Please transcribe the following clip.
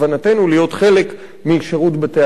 להיות חלק משירות בתי-הסוהר,